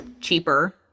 cheaper